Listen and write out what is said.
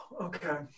Okay